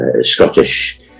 scottish